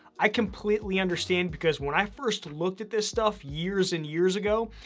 i completely understand, because when i first looked at this stuff, years and years ago,